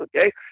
okay